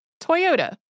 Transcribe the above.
Toyota